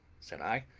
said i,